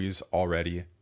already